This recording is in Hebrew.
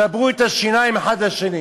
שברו את השיניים האחד לשני.